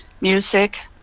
music